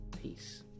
peace